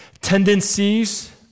tendencies